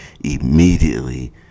immediately